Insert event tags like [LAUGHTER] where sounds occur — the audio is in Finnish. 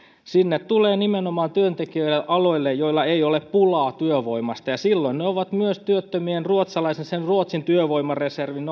sinne tulee nimenomaan työntekijöitä aloille joilla ei ole pulaa työvoimasta ja silloin ne ovat myös työttömien ruotsalaisten sen ruotsin työvoimareservin [UNINTELLIGIBLE]